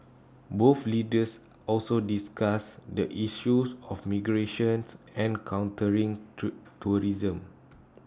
both leaders also discussed the issues of migrations and countering to tourism